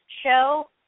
show